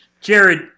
Jared